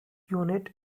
unit